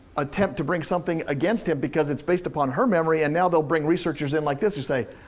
attempt to bring something against him because it's based upon her memory, and now they'll bring researchers in like this who say,